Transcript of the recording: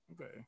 Okay